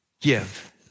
give